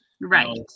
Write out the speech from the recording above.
right